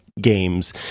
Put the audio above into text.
games